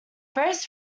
various